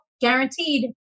guaranteed